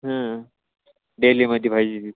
हां डेलीमध्ये पाहिजे